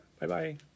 Bye-bye